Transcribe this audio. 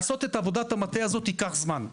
לעשות את עבודת המטה הזאת ייקח זמן.